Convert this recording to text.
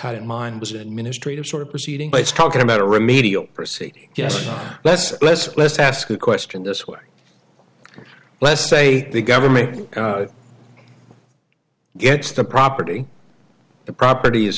had in mind was a ministry of sort of proceeding based talking about a remedial percy yes let's let's let's ask a question this way let's say the government gets the property the property is